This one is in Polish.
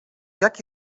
jaki